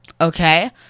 Okay